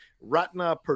Ratna